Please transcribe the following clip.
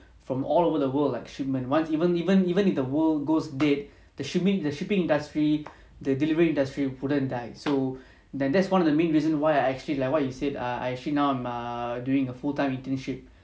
from all over the world like shipment once even even even if the world goes dead the shipping the shipping industry the delivery industry wouldn't die so then that's one of the main reason why I actually like what you said err I actually now I'm err during a full time internship